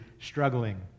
struggling